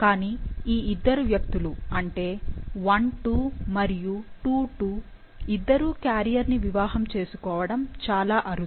కానీ ఈ ఇద్దరు వ్యక్తులు అంటే I 2 మరియు II 2 ఇద్దరూ క్యారియర్ని వివాహం చేసుకోవడం చాలా అరుదు